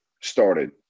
started